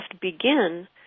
begin